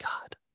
god